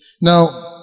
Now